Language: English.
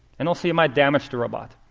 and also, you might damage the robot.